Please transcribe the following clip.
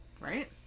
Right